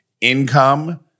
income